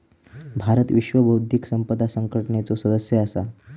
भारत विश्व बौध्दिक संपदा संघटनेचो सदस्य असा